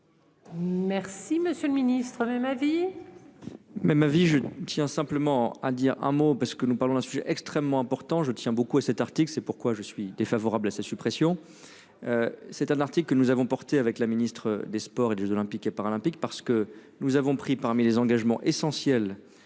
Merci, monsieur le Ministre même vie. Même avis je tiens simplement à dire un mot parce que nous parlons d'un sujet extrêmement important, je tiens beaucoup à cet article, c'est pourquoi je suis défavorable à sa suppression. C'est un article que nous avons porté avec la ministre des sports et jeux olympiques et paralympiques parce que nous avons pris, parmi les engagements essentiels